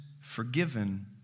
forgiven